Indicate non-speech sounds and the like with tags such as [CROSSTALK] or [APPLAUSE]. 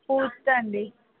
[UNINTELLIGIBLE]